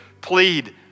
plead